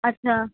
اچھا